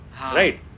Right